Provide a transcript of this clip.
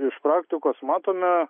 iš praktikos matome